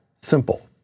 simple